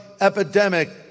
epidemic